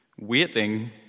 waiting